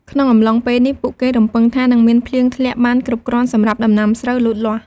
ក្នុងអំឡុងពេលនេះ ពួកគេរំពឹងថា នឹងមានភ្លៀងធ្លាក់បានគ្រប់គ្រាន់សម្រាប់ដំណាំស្រូវលូតលាស់។